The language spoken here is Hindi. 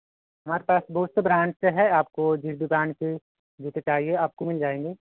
हमारे पास बहुत से ब्रांड्स से हैं आपको जिस ब्रांड के जूते चाहिए आपको मिल जाएंगे